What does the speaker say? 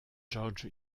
george